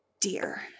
Dear